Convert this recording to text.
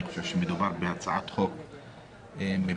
אני חושב שמדובר בהצעת חוק מבורכת.